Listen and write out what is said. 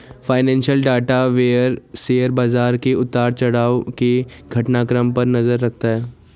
financial data vendor share बाजार के उतार चढ़ाव के घटनाक्रम पर नजर रखता है